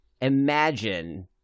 imagine